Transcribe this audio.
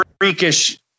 freakish